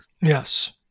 Yes